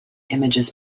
images